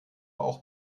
auch